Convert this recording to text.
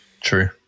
True